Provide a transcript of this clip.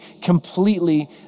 completely